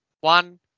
One